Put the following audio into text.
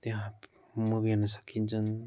त्यहाँ मुभी हेर्न सकिन्छन्